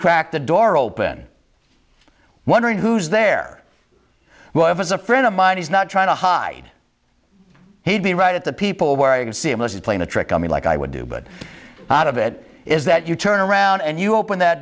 crack the door open wondering who's there as a friend of mine he's not trying to hide he'd be right at the people where i can see him as is playing a trick on me like i would do but out of it is that you turn around and you open th